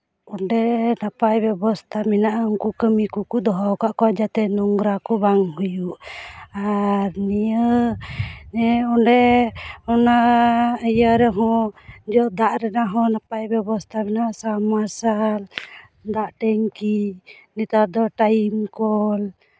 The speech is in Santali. ᱚᱸᱰᱮ ᱱᱟᱯᱟᱭ ᱵᱮᱵᱚᱥᱛᱷᱟ ᱢᱮᱱᱟᱜᱼᱟ ᱩᱱᱠᱩ ᱠᱟᱹᱢᱤ ᱠᱚᱠᱚ ᱫᱚᱦᱚᱣ ᱠᱟᱫ ᱠᱚᱣᱟ ᱡᱟᱛᱮ ᱱᱳᱝᱨᱟ ᱠᱚ ᱵᱟᱝ ᱦᱩᱭᱩᱜ ᱟᱨ ᱱᱤᱭᱟᱹ ᱚᱸᱰᱮ ᱚᱱᱟ ᱤᱭᱟᱹ ᱨᱮᱦᱚᱸ ᱧᱩ ᱫᱟᱜ ᱨᱮᱱᱟᱜ ᱦᱚᱸ ᱱᱟᱯᱟᱭ ᱵᱮᱵᱚᱥᱛᱷᱟ ᱢᱮᱱᱟᱜᱼᱟ ᱥᱟᱵᱽᱢᱟᱨᱥᱟᱞ ᱫᱟᱜ ᱴᱮᱝᱠᱤ ᱱᱮᱛᱟᱨ ᱫᱚ ᱴᱟᱭᱤᱢ ᱠᱚᱞ